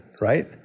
right